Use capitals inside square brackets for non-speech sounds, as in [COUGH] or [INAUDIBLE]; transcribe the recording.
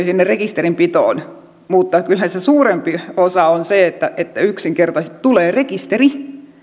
[UNINTELLIGIBLE] sinne rekisterin pitoon mutta kyllähän se suurempi osa on se että että yksinkertaisesti tulee rekisteri